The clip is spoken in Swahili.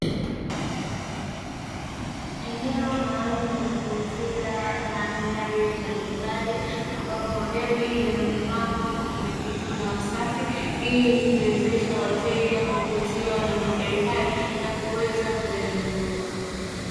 Eneo maalumu la kuuzia magari mbalimbali ambapo magari yamepangwa kwa na unadhifu na usafi, ili kuwezesha wateja kuvutiwa na magari hayo na kuweza kuyanunua.